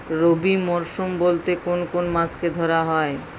রবি মরশুম বলতে কোন কোন মাসকে ধরা হয়?